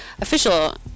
official